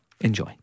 Enjoy